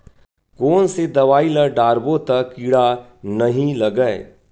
कोन से दवाई ल डारबो त कीड़ा नहीं लगय?